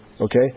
okay